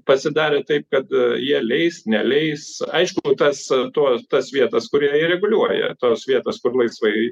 pasidarė taip kad jie leis neleis aišku tas tuo tas vietas kurie jie reguliuoja tos vietos kur laisvai